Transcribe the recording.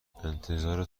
انتظار